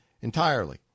entirely